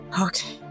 okay